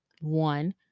one